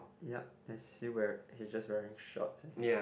yup is he weari! he's just wearing shorts he's